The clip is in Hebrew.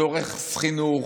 זה הורס חינוך,